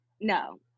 No